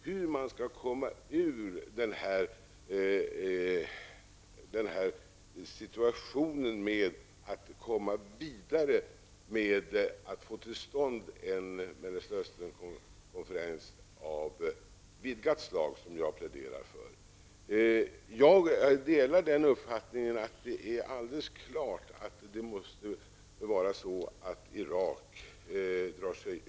Herr talman! Problemet är nu hur man skall komma ur den nuvarande situationen och få till stånd en vidgad konferens som jag pläderar för. Jag delar uppfattningen att det står helt klart att Irak måste dra sig ut ur Kuwait.